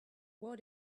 war